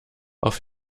auf